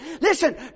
Listen